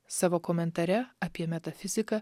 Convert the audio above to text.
savo komentare apie metafiziką